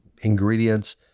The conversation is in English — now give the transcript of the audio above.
ingredients